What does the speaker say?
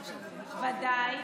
ודאי,